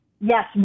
yes